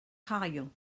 haul